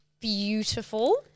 Beautiful